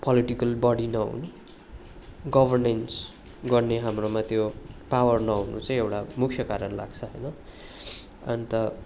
political body नहुनु governance गर्ने हाम्रोमा त्यो पावर नहुनु चाहिँ एउटा मुख्य कारण लाग्छ होइन अन्त